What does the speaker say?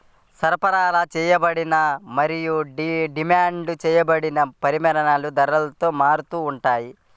సరఫరా చేయబడిన మరియు డిమాండ్ చేయబడిన పరిమాణాలు ధరతో మారుతూ ఉంటాయి